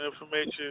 information